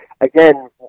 again